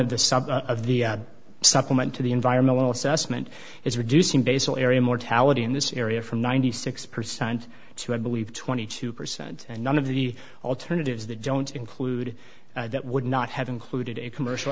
some of the supplement to the environmental assessment is reducing basal area mortality in this area from ninety six percent to i believe twenty two percent and none of the alternatives that don't include that would not have included a commercial